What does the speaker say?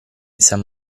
san